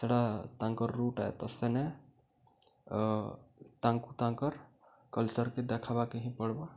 ସେଟା ତାଙ୍କର ରୁଟ୍ ହେ ତ ସେନେ ତାଙ୍କୁ ତାଙ୍କର୍ କଲ୍ଚର୍କେ ଦେଖବାକେ ହିଁ ପଡ଼୍ବା